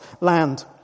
land